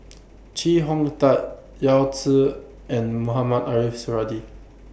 Chee Hong Tat Yao Zi and Mohamed Ariff Suradi